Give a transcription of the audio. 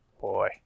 Boy